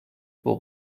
pour